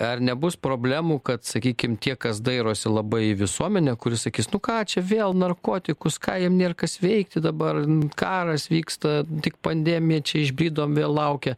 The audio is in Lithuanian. ar nebus problemų kad sakykim tie kas dairosi labai į visuomenę kurie sakys nu ką čia vėl narkotikus ką jiems nėra kas veikti dabar karas vyksta tik pandemija čia išbridom vėl laukia